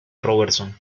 robertson